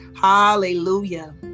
Hallelujah